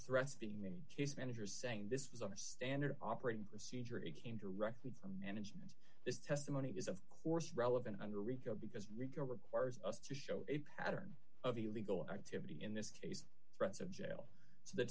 threats being many case managers saying this was our standard operating procedure it came directly from this testimony is of course relevant under rico because rico requires us to show a pattern of illegal activity in this case threats of jail